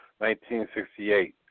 1968